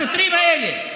השוטרים האלה.